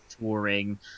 touring